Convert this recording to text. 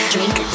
Drink